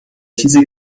چیزی